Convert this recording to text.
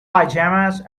pajamas